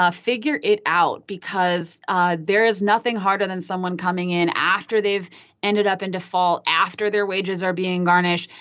ah figure it out because ah there is nothing harder than someone coming in after they've ended up in default, after their wages are being garnished,